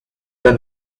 the